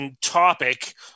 topic